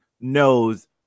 knows